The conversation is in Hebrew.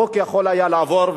החוק היה יכול לעבור,